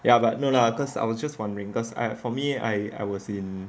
ya but no lah cause I was just wondering cause uh for me uh I was in